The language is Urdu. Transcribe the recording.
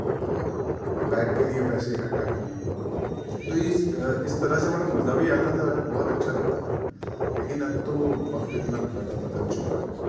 اور بیٹ کے لیے پیسے اکھٹا کرنا تو اس اس طرح سے بڑا مزہ بھی آتا تھا بہت اچھا لگتا تھا لیکن اب تو وقت اتنا زیادہ بدل چکا ہے